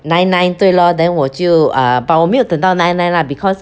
nine nine 对 lor then 我就 ah but 我没有等到 nine nine lah because